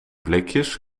blikjes